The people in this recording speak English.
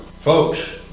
Folks